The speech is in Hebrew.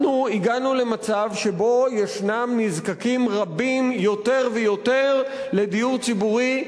אנחנו הגענו למצב שבו יש נזקקים רבים יותר ויותר לדיור ציבורי,